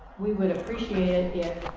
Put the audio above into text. we would appreciate it